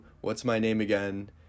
what's-my-name-again